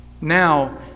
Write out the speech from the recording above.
Now